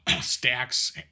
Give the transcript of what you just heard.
stacks